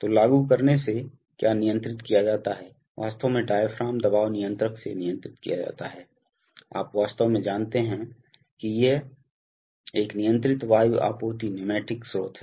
तो लागू करने से क्या नियंत्रित किया जाता है वास्तव में डायाफ्राम दबाव नियंत्रक से नियंत्रित किया जाता है आप वास्तव में जानते हैं कि एक नियंत्रित वायु आपूर्ति न्यूमैटिक स्रोत है